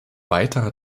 weitere